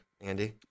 Andy